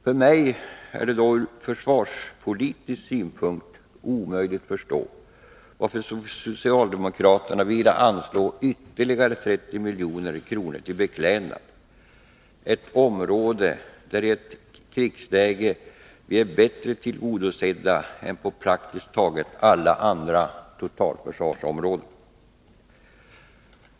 För mig är det dock ur försvarspolitisk synpunkt omöjligt att förstå varför socialdemokraterna vill anslå ytterligare 30 milj.kr. till beklädnad, ett område där vi i ett krigsläge är bättre tillgodosedda än på praktiskt taget alla andra totalförsvarsområden.